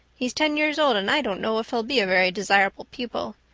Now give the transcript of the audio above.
he's ten years old and i don't know if he'll be a very desirable pupil.